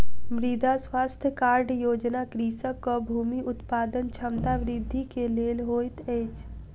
मृदा स्वास्थ्य कार्ड योजना कृषकक भूमि उत्पादन क्षमता वृद्धि के लेल होइत अछि